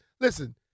Listen